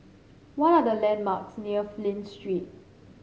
what are the landmarks near Flint Street